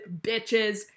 bitches